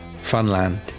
Funland